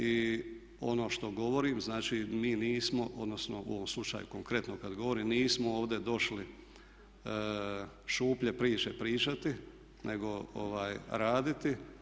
I ono što govorim, znači mi nismo, odnosno u ovom slučaju konkretno kada govorim nismo ovdje došli šuplje priče pričati nego raditi.